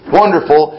wonderful